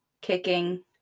kicking